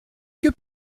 que